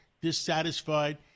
dissatisfied